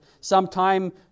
Sometime